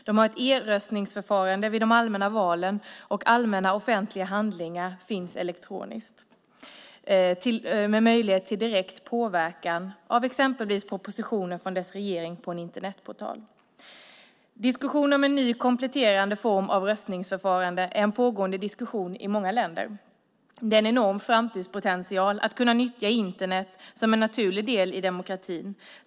De har ett e-röstningsförfarande vid de allmänna valen, och allmänna offentliga handlingar finns elektroniskt med möjlighet till direkt påverkan av exempelvis propositioner från dess regering på en Internetportal. Diskussioner om en ny, kompletterande form av röstningsförfarande är en pågående diskussion i många länder. Det är en enorm framtidspotential att kunna nyttja Internet som en naturlig del i demokratin.